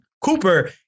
Cooper